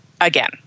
again